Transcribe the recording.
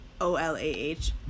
O-L-A-H